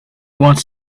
wants